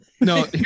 No